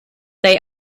they